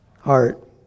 heart